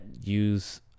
use